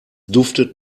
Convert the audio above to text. duftet